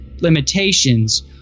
limitations